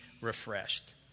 refreshed